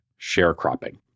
sharecropping